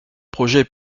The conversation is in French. projets